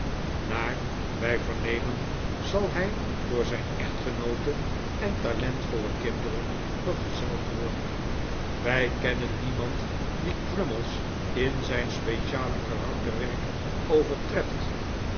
naar wij vernemen zal hij door zijn echtgenoote en talentvolle kinderen vergezeld worden wij kennen niemand die crummies in zijn speciale karakter werk overtreft